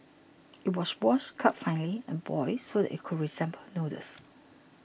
it was washed cut finely and boiled so that it resembled noodles